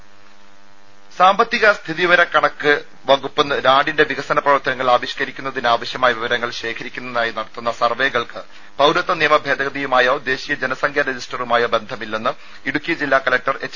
രദേശ സാമ്പത്തിക സ്ഥിതിവിവരക്കണക്ക് വകുപ്പ് നാടിന്റെ വികസന പ്രവർത്തനങ്ങൾ ആവിഷ്ക്കരിക്കുന്നതിനാവശ്യമായ വിവരങ്ങൾ ശേഖരിക്കുന്നതിനായി നടത്തുന്ന സർവ്വെകൾക്ക് പൌരത്വ നിയമഭേദഗതിയുമായോ ദേശീയ ജനസംഖ്യ രജിസ്റ്ററുമായോ ബന്ധമില്ലെന്ന് ഇടുക്കി ജില്ലാകലക്ടർ എച്ച്